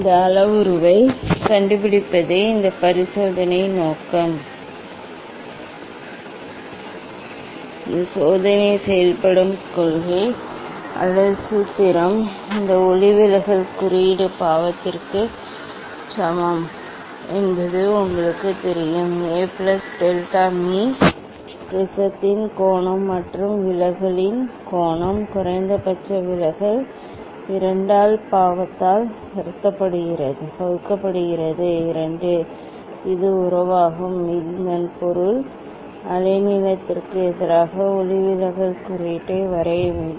இந்த அளவுருவைக் கண்டுபிடிப்பதே இந்த பரிசோதனையின் நோக்கம் இந்த சோதனையின் செயல்படும் கொள்கை அல்லது சூத்திரம் இந்த ஒளிவிலகல் குறியீடு பாவத்திற்கு சமம் என்பது உங்களுக்குத் தெரியும் A பிளஸ் டெல்டா மீ ப்ரிஸத்தின் கோணம் மற்றும் விலகலின் கோணம் குறைந்தபட்ச விலகல் 2 ஆல் பாவத்தால் வகுக்கப்படுகிறது 2 இது உறவாகும் இதன் பொருள் அலை நீளத்திற்கு எதிராக ஒளிவிலகல் குறியீட்டை வரைய வேண்டும்